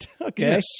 okay